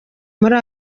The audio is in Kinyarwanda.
muri